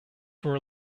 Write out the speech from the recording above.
for